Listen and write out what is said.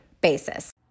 basis